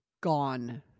gone